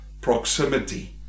proximity